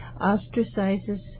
ostracizes